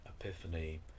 epiphany